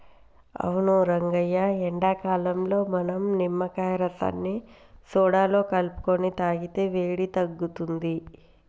అవును రంగయ్య ఎండాకాలంలో మనం నిమ్మకాయ రసాన్ని సోడాలో కలుపుకొని తాగితే వేడి తగ్గుతుంది